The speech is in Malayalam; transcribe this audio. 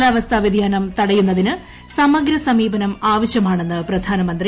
കാലാവസ്ഥാ വൃതിയാനും ്ത്ടയുന്നതിന് സമഗ്ര സമീപനം ആവശ്യമാണെന്ന് പ്രധ്യാന്മന്ത്രി